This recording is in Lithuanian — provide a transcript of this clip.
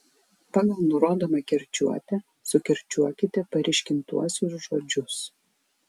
pagal nurodomą kirčiuotę sukirčiuokite paryškintuosius žodžius